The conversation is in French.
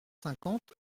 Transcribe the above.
cinquante